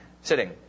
Sitting